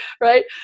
right